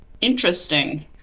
interesting